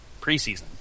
preseason